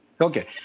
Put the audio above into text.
Okay